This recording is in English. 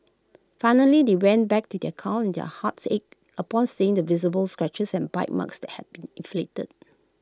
finally they went back to their car and their hearts ached upon seeing the visible scratches and bite marks that had been inflicted